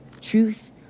Truth